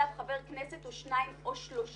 חבר כנסת או לשני חברי כנסת או לשלושה.